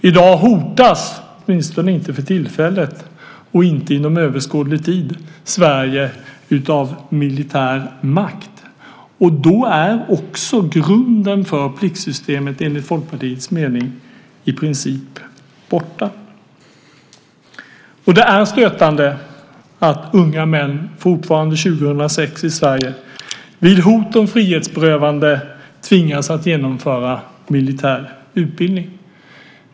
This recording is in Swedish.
I dag hotas inte Sverige, åtminstone inte för tillfället och inom överskådlig tid, av militär makt. Därmed är grunden för pliktsystemet enligt Folkpartiets mening i princip borta. Det är stötande att unga män i Sverige fortfarande år 2006 vid hot om frihetsberövande tvingas genomföra militär utbildning.